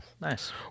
nice